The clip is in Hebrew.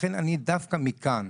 לכן אני אומר מכאן,